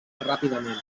ràpidament